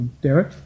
Derek